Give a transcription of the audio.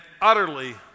utterly